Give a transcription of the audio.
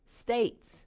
states